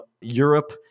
Europe